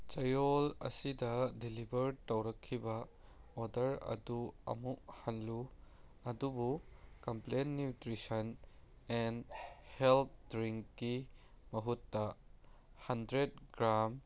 ꯆꯌꯣꯜ ꯑꯁꯤꯗ ꯗꯤꯂꯤꯕꯔ ꯇꯧꯔꯛꯈꯤꯕ ꯑꯣꯗꯔ ꯑꯗꯨ ꯑꯃꯨꯛ ꯍꯜꯂꯨ ꯑꯗꯨꯕꯨ ꯀꯝꯄ꯭ꯂꯦꯟ ꯅ꯭ꯌꯨꯇ꯭ꯔꯤꯁꯟ ꯑꯦꯟ ꯍꯦꯜ ꯗ꯭ꯔꯤꯡꯀꯤ ꯃꯍꯨꯠꯇ ꯍꯟꯗ꯭ꯔꯦꯠ ꯒ꯭ꯔꯥꯝ